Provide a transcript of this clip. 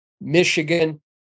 Michigan